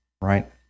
right